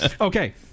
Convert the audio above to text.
Okay